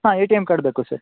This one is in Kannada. ಹಾಂ ಎ ಟಿ ಎಮ್ ಕಾರ್ಡ್ ಬೇಕು ಸರ್